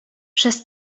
przez